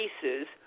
cases